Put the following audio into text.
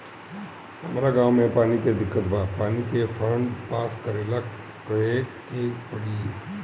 हमरा गॉव मे पानी के दिक्कत बा पानी के फोन्ड पास करेला का करे के पड़ी?